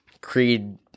creed